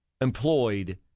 employed